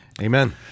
amen